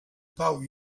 pau